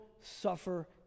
suffer